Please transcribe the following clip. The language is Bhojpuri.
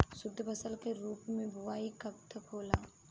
शुद्धफसल के रूप में बुआई कब तक होला?